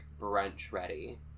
brunch-ready